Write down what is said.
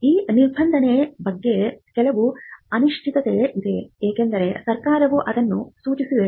ಈ ನಿಬಂಧನೆಯ ಬಗ್ಗೆ ಕೆಲವು ಅನಿಶ್ಚಿತತೆ ಇದೆ ಏಕೆಂದರೆ ಸರ್ಕಾರವು ಅದನ್ನು ಸೂಚಿಸಿದೆ